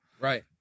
right